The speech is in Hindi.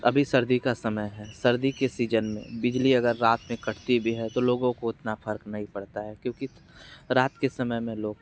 अभी सर्दी का समय है सर्दी के सीजन में बिजली अगर रात में कटती भी है तो लोगों को उतना फर्क नहीं पड़ता है क्योंकि रात के समय में लोग